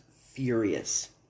furious